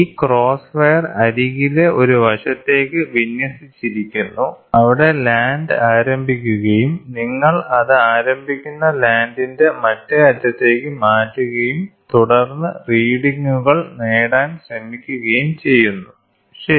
ഈ cross wire അരികിലെ ഒരു വശത്തേക്ക് വിന്യസിച്ചിരിക്കുന്നു അവിടെ ലാൻഡ് ആരംഭിക്കുകയും നിങ്ങൾ അത് ആരംഭിക്കുന്ന ലാൻഡിന്റെ മറ്റേ അറ്റത്തേക്ക് മാറ്റുകയും തുടർന്ന് റീഡിങ്ങുകൾ നേടാൻ ശ്രമിക്കുകയും ചെയ്യുന്നു ശരി